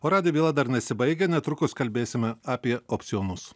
o radijo byla dar nesibaigia netrukus kalbėsime apie opcionus